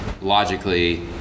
logically